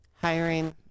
hiring